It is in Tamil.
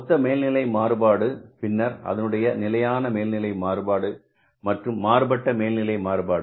மொத்த மேல்நிலை மாறுபாடு பின்னர் அதனுடைய நிலையான மேல்நிலை மாறுபாடு மற்றும் மாறுபட்ட மேல் நிலை மாறுபாடு